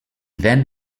then